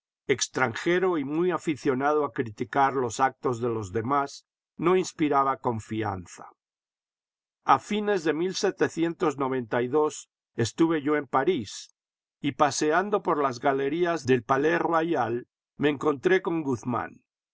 extranjero y muy aficionado a criticar los actos de los demás no inspiraba confianza a fines de estuve yo en parís y paseando por las galerías del palais royal me encontré con guzmán